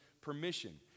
permission